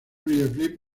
videoclip